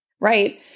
Right